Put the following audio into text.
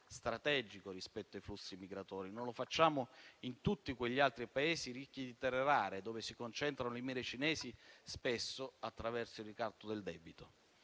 strategico rispetto ai flussi migratori. Non lo facciamo in tutti quegli altri Paesi ricchi di terre rare, dove si concentrano le mire cinesi, spesso attraverso il ricatto del debito.